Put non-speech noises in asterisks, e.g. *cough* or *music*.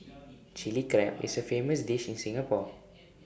*noise* Chilli Crab is A famous dish in Singapore